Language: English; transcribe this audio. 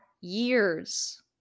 years